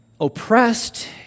Oppressed